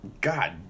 God